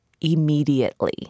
immediately